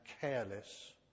careless